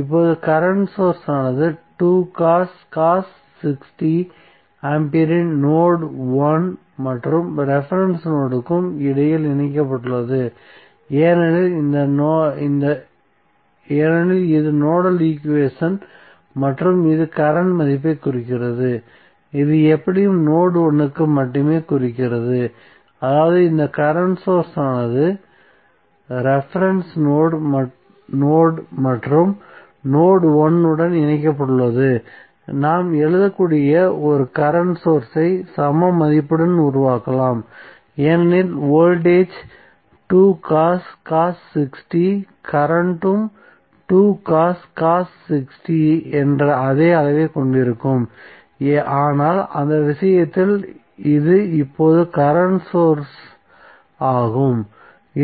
இப்போது current source ஆனது ஆம்பியரின் நோட் 1 மற்றும் ரெபரென்ஸ் நோட்க்கு இடையில் இணைக்கப்பட்டுள்ளது ஏனெனில் இது நோடல் ஈக்குவேஷன் மற்றும் இது கரண்ட் மதிப்பைக் குறிக்கிறது இது எப்படியும் நோட் 1 க்கு மட்டுமே குறிக்கிறது அதாவது இந்த கரண்ட் சோர்ஸ் ஆனது ரெபரென்ஸ் நோட் மற்றும் நோட் 1 உடன் இணைக்கப்பட்டுள்ளது நாம் எழுதக்கூடியது ஒரு கரண்ட் சோர்ஸ் ஐ சம மதிப்புடன் உருவாக்கலாம் ஏனெனில் வோல்டேஜ் கரண்ட்டும் என்ற அதே அளவைக் கொண்டிருக்கும் ஆனால் இந்த விஷயத்தில் இது இப்போது கரண்ட் சோர்ஸ் ஆகும்